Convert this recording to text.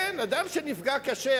כן, אדם שנפגע קשה.